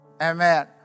Amen